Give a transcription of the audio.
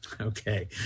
Okay